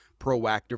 proactive